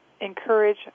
encourage